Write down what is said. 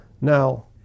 Now